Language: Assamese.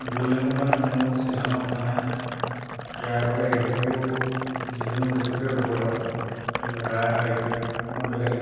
গোলনেমু কাৰণে কোনো ছিজনৰ কথা নাই ইয়াৰ বাবে ঋতু যিকোনো ঋতুতে ৰুব পাৰে ইয়াৰ লগা এটা ঋতু সম্পূৰ্ণ বেলেগ